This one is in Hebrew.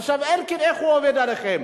עכשיו, אלקין, איך הוא עובד עליכם?